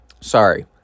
sorry